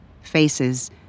Faces